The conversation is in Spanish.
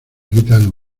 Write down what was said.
gitano